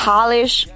Polish